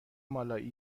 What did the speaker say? مالایی